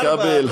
חבר הכנסת כבל,